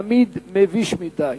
תמיד מביש מדי,